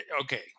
okay